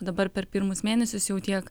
dabar per pirmus mėnesius jau tiek